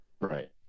Right